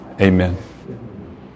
Amen